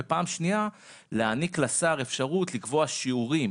ופעם שניה להעניק לשר אפשרות לקבוע שיעורים